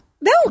No